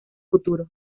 futuro